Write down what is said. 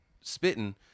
spitting